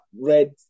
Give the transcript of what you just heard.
red